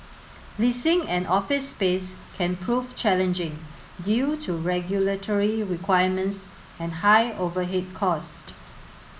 leasing an office space can prove challenging due to regulatory requirements and high overhead costs